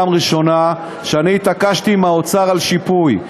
פעם ראשונה שאני התעקשתי מול האוצר על שיפוי.